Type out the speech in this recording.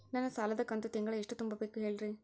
ನನ್ನ ಸಾಲದ ಕಂತು ತಿಂಗಳ ಎಷ್ಟ ತುಂಬಬೇಕು ಹೇಳ್ರಿ?